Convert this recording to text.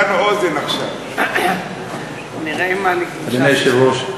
אדוני היושב-ראש,